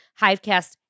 Hivecast